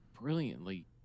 brilliantly